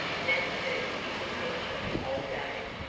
nat turned his attention to old abe,